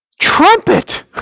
trumpet